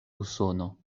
usono